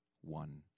one